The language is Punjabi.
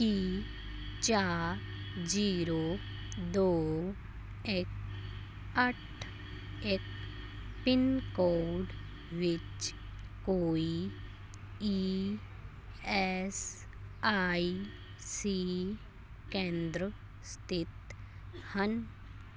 ਕੀ ਚਾਰ ਜ਼ੀਰੋ ਦੋ ਇੱਕ ਅੱਠ ਇੱਕ ਪਿੰਨ ਕੋਡ ਵਿੱਚ ਕੋਈ ਈ ਐੱਸ ਆਈ ਸੀ ਕੇਂਦਰ ਸਥਿਤ ਹਨ